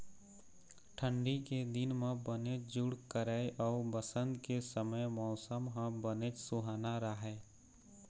ठंडी के दिन म बनेच जूड़ करय अउ बसंत के समे मउसम ह बनेच सुहाना राहय